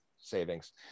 savings